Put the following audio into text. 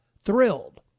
thrilled